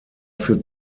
für